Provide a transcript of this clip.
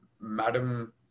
Madam